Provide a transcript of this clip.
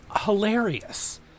hilarious